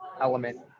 element